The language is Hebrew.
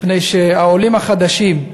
מפני שהעולים החדשים,